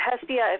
Hestia